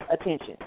attention